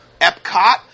Epcot